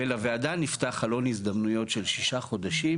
ולוועדה נפתח חלון הזדמנויות של ששה חודשים